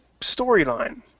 storyline